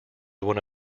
one